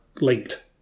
linked